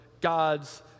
God's